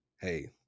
hey